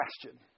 question